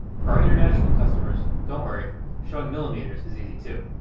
for our international customers, don't worry showing millimeters is easy too.